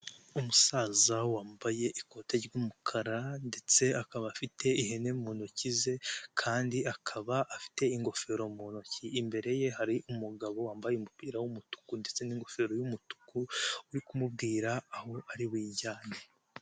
Umusaza wambaye ikote ry'umukara ndetse akaba afite ihene mu ntoki ze kandi akaba afite ingofero mu ntoki imbere ye, hari umugabo wambaye umupira w'umutuku ndetse n'ingofero y'umutuku uri kumubwira aho ari bujyane